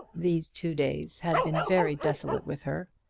these two days had been very desolate with her,